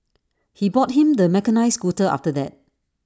he bought him the mechanised scooter after that